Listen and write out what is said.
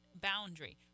boundary